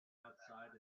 outside